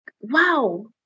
wow